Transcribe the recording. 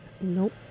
Nope